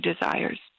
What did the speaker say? desires